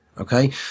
okay